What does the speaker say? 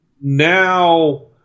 Now